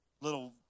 Little